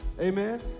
Amen